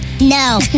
No